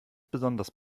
besonders